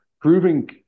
proving